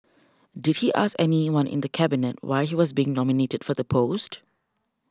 did he ask anyone in Cabinet why he was being nominated for the post